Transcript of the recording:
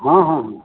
हाँ हाँ हाँ